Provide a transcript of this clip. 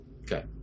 Okay